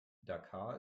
dhaka